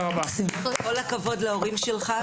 כל הכבוד להורים שלך,